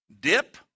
dip